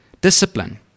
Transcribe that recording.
Discipline